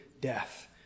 death